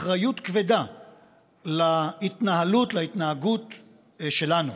אחריות כבדה להתנהלות, להתנהגות שלנו.